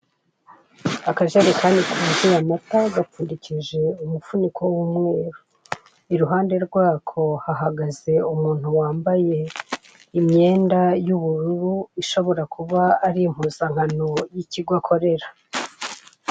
Akajerekani kuzuye amata gapfundikije umufuniko w'umweru, iruhande rw'ako hahagaze umuntu wambaye imyenda y'ubururu ishobora kuba ari impuzankano y'ikigo akorera.